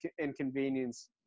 inconvenience